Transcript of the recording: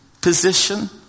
position